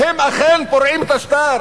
והם אכן פורעים את השטר